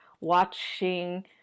watching